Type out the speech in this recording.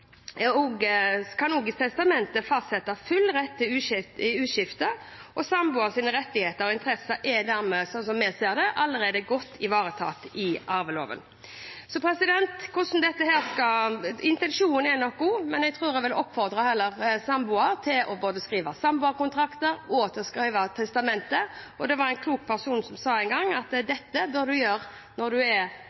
Samboere kan også i testament fastsette full rett til uskifte. Samboeres rettigheter og interesser er dermed, sånn som vi ser det, allerede godt ivaretatt i arveloven. Intensjonen er nok god, men jeg tror jeg heller vil oppfordre samboere til å skrive både samboerkontrakt og testamente. Det var en klok person som en gang sa at dette bør du gjøre når du er